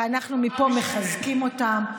ואנחנו מפה מחזקים אותם.